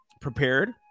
prepared